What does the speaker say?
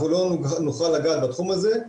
אנחנו לא נוכל לגעת בתחום הזה.